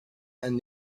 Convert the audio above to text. and